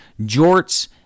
Jorts